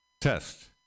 Test